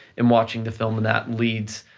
in watching the film and that leads